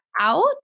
out